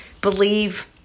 believe